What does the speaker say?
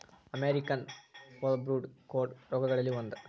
American foulbrood ಕೋಡ ರೋಗಗಳಲ್ಲಿ ಒಂದ